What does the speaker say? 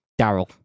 Daryl